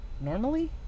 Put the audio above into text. normally